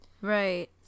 Right